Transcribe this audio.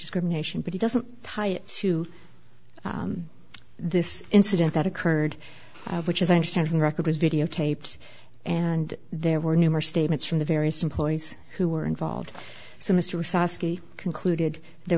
discrimination but it doesn't tie it to this incident that occurred which is understanding record was videotaped and there were numerous statements from the various employees who were involved so mr saskia concluded there